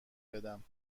بدم